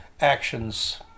actions